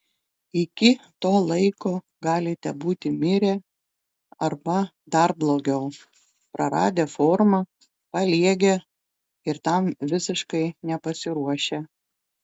iki to laiko galite būti mirę arba dar blogiau praradę formą paliegę ir tam visiškai nepasiruošę